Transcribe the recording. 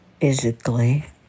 physically